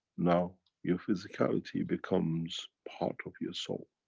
now your physicality becomes part of your soul.